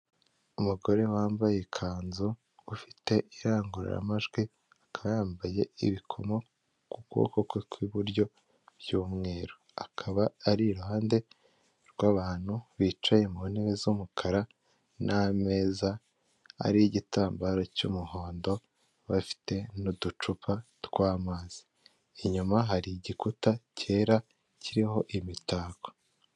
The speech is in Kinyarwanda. Umugore wambaye ikanzu ufite irangururamajwi akaba yambaye ibikomo ku kuboko kwe kw'iburyo by'umweru, akaba ari iruhande rw'abantu bicaye mu ntebe z'umukara n'ameza ari igitambaro cy'umuhondo bafite n'uducupa tw'amazi, inyuma hari igikuta cyera kiriho imitako.